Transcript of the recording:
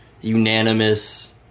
unanimous